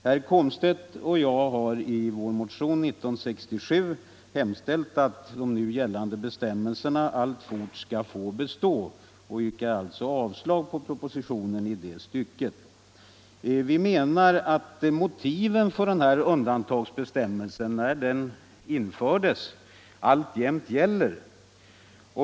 Herr Komstedt och jag har i motionen 1967 hemställt att de nu gällande bestämmelserna alltfort skall få bestå och yrkar alltså avslag på propositionen i det stycket. Vi menar att motiven för undantagsbestämmelsen, när den infördes, alltjämt gäller.